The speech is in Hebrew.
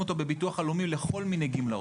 אותו בביטוח הלאומי לכל מיני גמלאות.